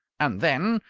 and then,